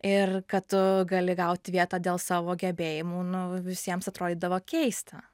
ir kad tu gali gauti vietą dėl savo gebėjimų nu visiems atrodydavo keista